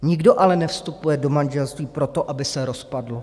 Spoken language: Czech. Nikdo ale nevstupuje do manželství proto, aby se rozpadlo.